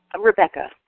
Rebecca